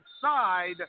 side